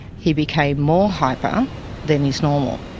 he became more hyper than is normal.